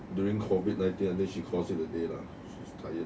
during COVID nineteen I think she calls it a day lah tired